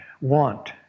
want